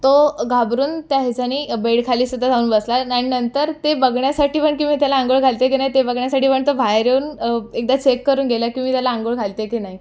तो घाबरून त्या हेचानी बेडखाली सुधा जाऊन बसला आणि नंतर ते बघण्यासाठी पण की मी त्याला अंघोळ घालती आहे की नाही ते बघण्यासाठी पण तो बाहेर येऊन एकदा चेक करून गेला की मी त्याला आंघोळ घालते की नाही